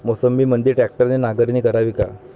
मोसंबीमंदी ट्रॅक्टरने नांगरणी करावी का?